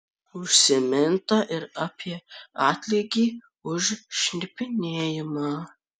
užsiminta ir apie atlygį už šnipinėjimą